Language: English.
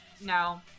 no